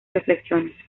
reflexiones